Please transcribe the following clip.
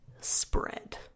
spread